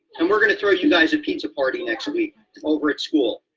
and we're gonna throw you guys a pizza party next week over at school.